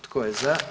Tko je za?